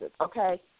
okay